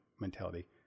mentality